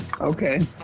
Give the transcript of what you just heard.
okay